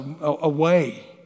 away